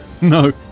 No